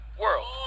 world